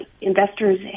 Investors